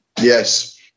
Yes